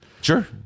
sure